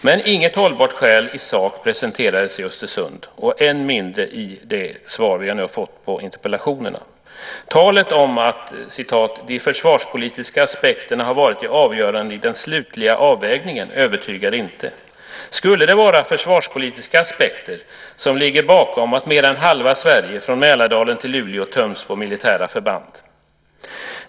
Men inget hållbart skäl i sak presenterades i Östersund, än mindre i det svar vi nu har fått på interpellationerna. Talet om att "de försvarspolitiska aspekterna har . varit de avgörande i den slutliga avvägningen" övertygar inte. Skulle det vara försvarspolitiska aspekter som ligger bakom att mer än halva Sverige, från Mälardalen till Luleå, töms på militära förband?